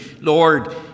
Lord